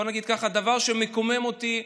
בואו נגיד ככה, דבר שמקומם אותי,